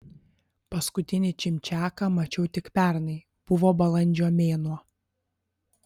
paskutinį čimčiaką mačiau tik pernai buvo balandžio mėnuo